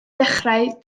dechrau